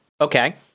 Okay